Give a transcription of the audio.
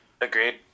Agreed